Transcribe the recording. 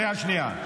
קריאה שנייה.